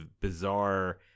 bizarre